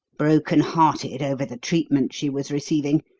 broken-hearted over the treatment she was receiving,